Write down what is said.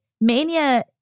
mania